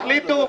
תחליטו.